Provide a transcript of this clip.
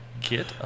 get